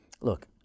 Look